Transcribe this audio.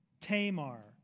Tamar